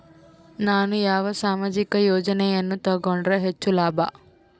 ನಾನು ಯಾವ ಸಾಮಾಜಿಕ ಯೋಜನೆಯನ್ನು ತಗೊಂಡರ ಹೆಚ್ಚು ಲಾಭ?